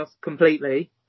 completely